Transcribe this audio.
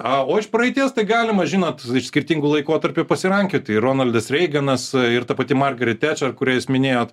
o iš praeities tai galima žinot iš skirtingų laikotarpių pasirankioti ronaldas reiganas ir ta pati margaret tečer kurią jūs minėjot